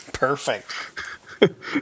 Perfect